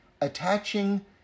attaching